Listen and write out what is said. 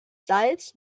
salz